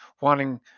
wanting